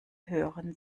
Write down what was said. hören